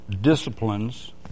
disciplines